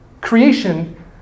Creation